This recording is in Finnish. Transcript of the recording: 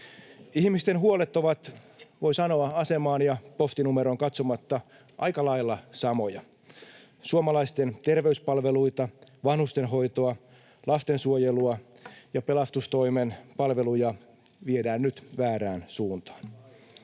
Ihmisten huolet ovat, voi sanoa, asemaan ja postinumeroon katsomatta aika lailla samoja. Suomalaisten terveyspalveluita, vanhustenhoitoa, lastensuojelua ja pelastustoimen palveluja viedään nyt väärään suuntaan.